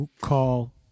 call